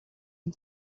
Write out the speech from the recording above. and